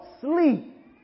sleep